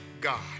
God